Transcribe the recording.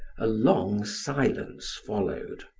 a long silence followed.